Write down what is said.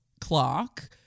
clock